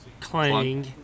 Clang